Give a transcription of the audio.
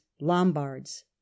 Lombards